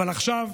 אבל עכשיו,